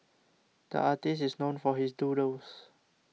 the artist is known for his doodles